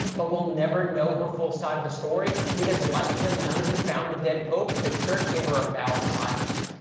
but we'll never know her full side of the story because, like the nun who found the dead pope, the church gave her a vow of silence.